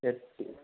eighty